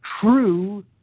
true